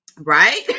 right